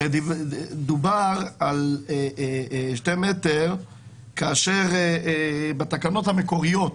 הרי דובר על שני מטר כאשר בתקנות המקוריות,